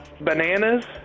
Bananas